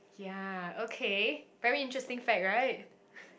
ya okay very interesting fact right